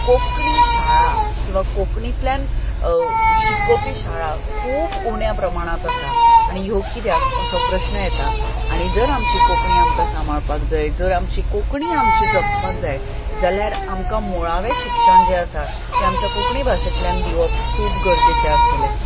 कोंकणी शाळा किंवां कोंकणींतल्यान शिकोवपी शाळा खूब उण्या प्रमाणांत आसा आनी ह्यो कित्याक असो प्रश्न येता आनी जर आमची कोंकणी आमकां सांबाळपाक जाय जर आमची कोंकणी जगपाक जाय जाल्यार आमकां मुळावें शिक्षण जें आसा तें आमचें कोंकणी भाशेंतल्यान दिवप खूब गरजेचें आसतलें